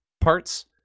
parts